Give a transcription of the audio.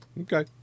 Okay